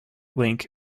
link